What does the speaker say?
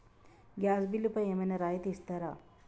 Gas బిల్లుపై ఏమైనా రాయితీ ఇస్తారా?